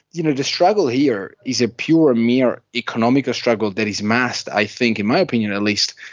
you know the struggle here is a pure mere economical struggle that is masked i think, in my opinion at least,